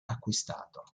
acquistato